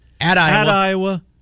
At-Iowa